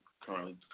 currently